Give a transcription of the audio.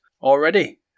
already